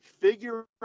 figure